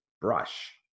brush